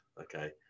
okay